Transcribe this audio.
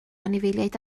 anifeiliaid